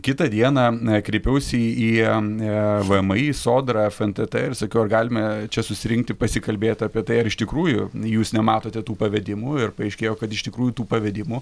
kitą dieną kreipiausi į į vmi sodrą fntt ir sakiau ar galime čia susirinkti pasikalbėti apie tai ar iš tikrųjų jūs nematote tų pavedimų ir paaiškėjo kad iš tikrųjų tų pavedimų